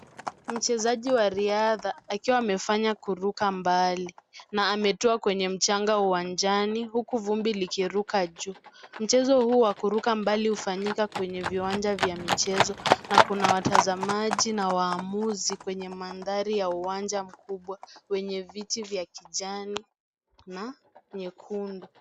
Mchezaji wa riadhaakiwa, akiwa amefanya kuruka mbali na ametoa kwenye mchanga uwanjani, huku vumbi likiruka juu. Mchezo huu wa kuruka mbali hufanyika kwenye viwanja vya michezo na kuna watazamaji na waamuzi, kwenye mandhari ya uwanja mkubwa, wenye viti kijani na nyekundu.